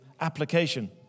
application